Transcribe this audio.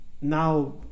Now